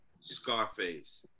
Scarface